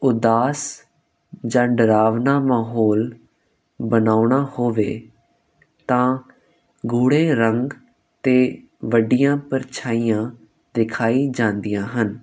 ਉਦਾਸ ਜਾਂ ਡਰਾਵਨਾ ਮਾਹੌਲ ਬਣਾਉਣਾ ਹੋਵੇ ਤਾਂ ਗੂੜੇ ਰੰਗ ਅਤੇ ਵੱਡੀਆਂ ਪਰਛਾਈਆਂ ਦਿਖਾਈ ਜਾਂਦੀਆਂ ਹਨ